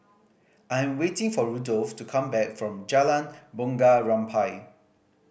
I'm waiting for Rudolph to come back from Jalan Bunga Rampai